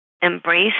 embrace